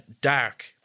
dark